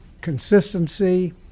consistency